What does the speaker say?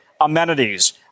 amenities